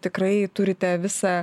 tikrai turite visą